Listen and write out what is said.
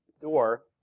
door